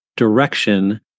direction